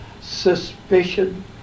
Suspicion